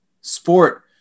sport